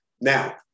Now